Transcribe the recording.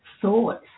thoughts